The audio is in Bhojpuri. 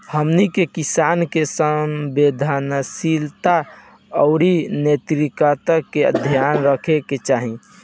हमनी के किसान के संवेदनशीलता आउर नैतिकता के ध्यान रखे के चाही